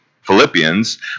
Philippians